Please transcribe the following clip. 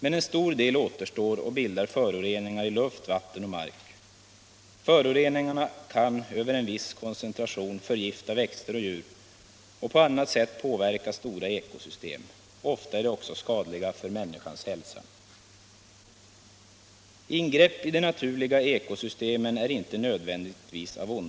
Men en stor del återstår och bildar föroreningar i luft, vatten och mark. Föroreningarna kan över en viss koncentration förgifta växter och djur och på annat sätt påverka stora ekologiska system. Ofta är de också skadliga för människans hälsa. Ingrepp i de naturliga ekosystemen är inte nödvändigtvis av ondo.